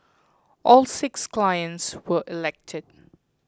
all six clients were elected